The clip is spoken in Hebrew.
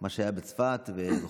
מה שהיה בצפת וכו'.